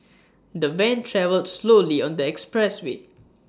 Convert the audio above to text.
the van travelled slowly on the expressway